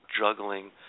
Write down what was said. juggling